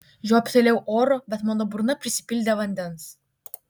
žiobtelėjau oro bet mano burna prisipildė vandens